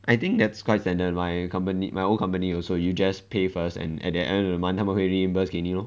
I think that's quite standard my company my old company also you just pay first and and at the end of the month 他们会 reimburse 给你 lor